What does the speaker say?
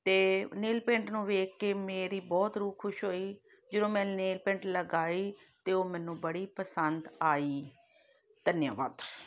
ਅਤੇ nail paint ਨੂੰ ਵੇਖ ਕੇ ਮੇਰੀ ਬਹੁਤ ਰੂਹ ਖੁਸ਼ ਹੋਈ ਜਦੋਂ ਮੈਂ ਨੇਲ ਪੇਂਟ ਲਗਾਈ ਅਤੇ ਉਹ ਮੈਨੂੰ ਬੜੀ ਪਸੰਦ ਆਈ ਧੰਨਵਾਦ